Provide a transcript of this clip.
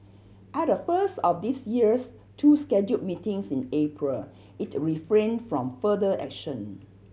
at the first of this year's two scheduled meetings in April it refrained from further action